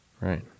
Right